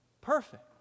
perfect